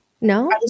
No